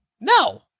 No